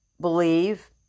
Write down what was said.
believe